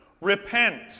Repent